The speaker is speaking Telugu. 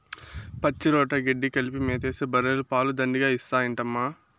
పచ్చిరొట్ట గెడ్డి కలిపి మేతేస్తే బర్రెలు పాలు దండిగా ఇత్తాయంటమ్మా